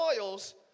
oils